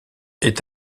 est